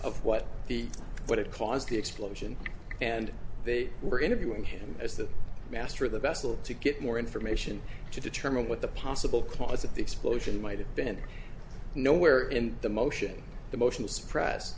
of what the what it caused the explosion and they were interviewing him as the master of the vessel to get more information to determine what the possible cause of the explosion might have been no where in the motion the motion is press